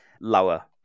lower